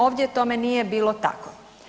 Ovdje tome nije bilo tako.